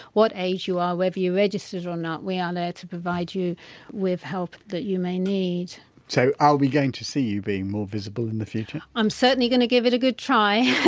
what age you are, whether you're registered or not, we are to provide you with help that you may need so, are we going to see you being more visible in the future? i'm certainly going to give it a good try